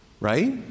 Right